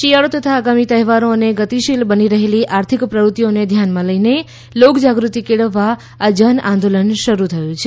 શિયાળો તથા આગામી તહેવારો અને ગતિશીલ બની રહેલી આર્થિક પ્રવૃત્તિઓને ધ્યાનમાં લઈને લોકજાગૃતિ કેળવવા આ જનઆંદોલન શરૂ થયું છે